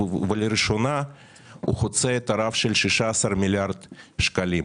ולראשונה הוא חוצה את הרף של 16 מיליארד שקלים.